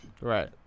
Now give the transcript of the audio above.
Right